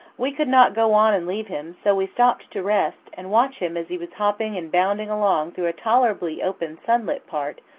we could not go on and leave him so we stopped to rest, and watch him as he was hopping and bounding along through a tolerably open sunlit part,